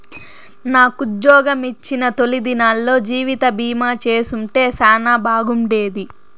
నాకుజ్జోగమొచ్చిన తొలి దినాల్లో జీవితబీమా చేసుంటే సానా బాగుండేది